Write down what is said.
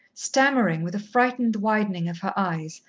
stammering, with a frightened widening of her eyes,